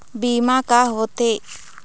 बीमा का होते?